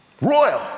Royal